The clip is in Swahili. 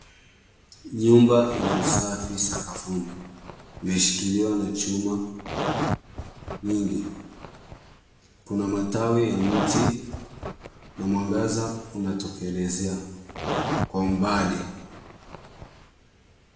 Nyumba ina usafi sakafuni. Imeshikiliwa na chuma, nyingi. Kuna matawi ya mti na mwangaza unatokelezea kwa umbali.